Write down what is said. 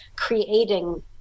creating